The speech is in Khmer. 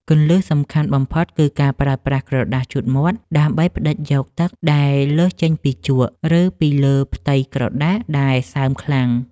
គន្លឹះសំខាន់បំផុតគឺការប្រើប្រាស់ក្រដាសជូតមាត់ដើម្បីផ្តិតយកទឹកដែលលើសចេញពីជក់ ឬ ពីលើផ្ទៃក្រដាសដែលសើមខ្លាំង។